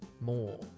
more